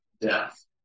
death